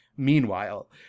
Meanwhile